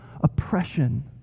oppression